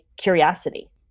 curiosity